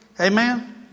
Amen